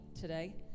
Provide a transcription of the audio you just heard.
today